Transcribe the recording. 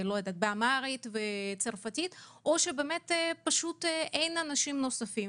אמהרית וצרפתי או שבאמת אין אנשים נוספים